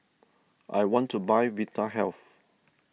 I want to buy Vitahealth